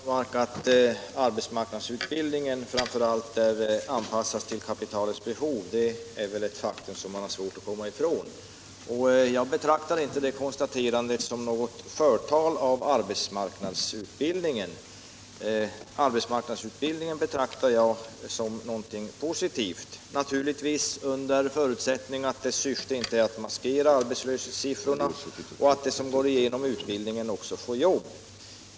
Herr talman! Det är klart att arbetsmarknadsutbildningen framför allt är anpassad till kapitalets behov. Det är ett faktum som man har svårt att komma ifrån, och jag betraktar inte det konstaterandet som något förtal av arbetsmarknadsutbildningen. Den betraktar jag som något positivt, naturligtvis under förutsättning att dess syfte inte är att maskera arbetslöshetssiffrorna och under förutsättning att den som går igenom utbildningen också får ett jobb.